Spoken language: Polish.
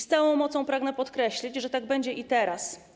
Z całą mocą pragnę podkreślić, że tak będzie i teraz.